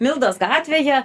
mildos gatvėje